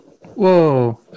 Whoa